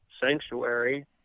sanctuary